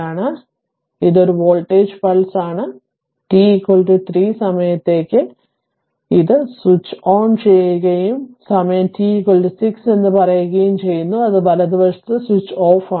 അതിനാൽ ഇത് ഒരു വോൾട്ടേജ് പൾസാണ് അതിനാൽ t 3 സമയത്ത് അത് സ്വിച്ച് ഓൺ ചെയ്യുകയും സമയം t 6 എന്ന് പറയുകയും ചെയ്യുന്നു അത് വലതുവശത്ത് സ്വിച്ച് ഓഫ് ആണ്